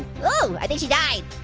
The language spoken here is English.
ooh, i think she died.